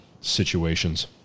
situations